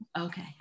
okay